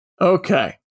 okay